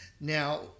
now